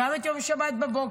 גם את יום שבת בבוקר.